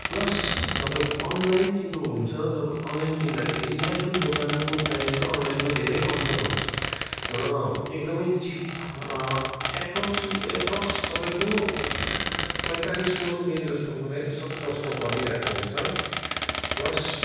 pulse तपाईँको online किन्नुहुन्छ जब अनलाइन किन्दाखेरि यहाँ जुन दोकानको प्राइज र अनलाइनमा धेरै अन्तर हुन्छ र एकदमै चिप एप्रोक्सली एप्रोक्स तपाईँको पैँतालिस सौ रुपियाँ जस्तो मलाई स सस्तो परिरहेको हुन्छ पल्स